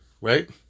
right